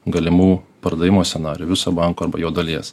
galimų pardavimo scenarijų viso banko arba jo dalies